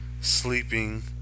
sleeping